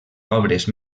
obres